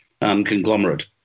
conglomerate